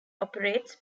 operates